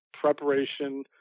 preparation